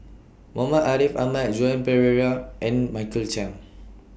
Muhammad Ariff Ahmad and Joan Pereira and Michael Chiang